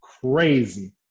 crazy